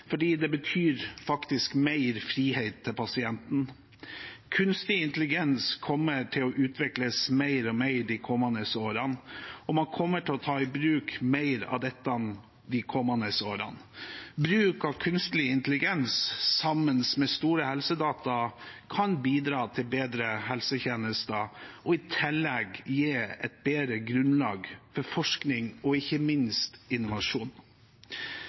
fordi det faktisk betyr mer frihet til pasienten. Kunstig intelligens kommer til å utvikles mer og mer, og man kommer til å ta i bruk mer av dette de kommende årene. Bruk av kunstig intelligens sammen med store helsedata kan bidra til bedre helsetjenester og i tillegg gi et bedre grunnlag for forskning og ikke minst innovasjon.